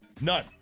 None